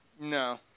No